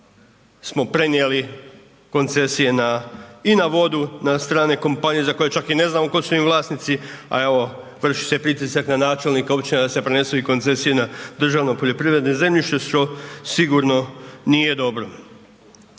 smo prenijeli koncesije na, i na vodu na strane kompanije za koje čak ni ne znamo tko su im vlasnici, a evo vrši se pritisak i na načelnika općine da se prenesu i koncesije na državno poljoprivredno zemljište što sigurno nije dobro.